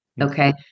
Okay